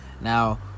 Now